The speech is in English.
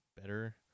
better